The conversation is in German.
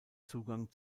zugang